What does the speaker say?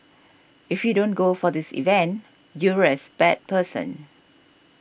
if you don't go for this event you're as bad person